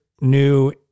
new